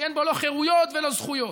שאין בו לא חירויות ולא זכויות.